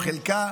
או חלקה,